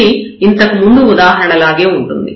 ఇది ఇంతకు ముందు ఉదాహరణలాగే ఉంటుంది